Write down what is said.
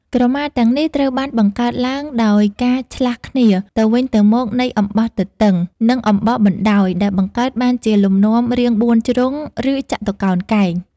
ក្រឡាទាំងនេះត្រូវបានបង្កើតឡើងដោយការឆ្លាស់គ្នាទៅវិញទៅមកនៃអំបោះទទឹង និងអំបោះបណ្ដោយ ដែលបង្កើតបានជាលំនាំរាងបួនជ្រុង ឬចតុកោណកែង។